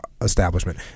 establishment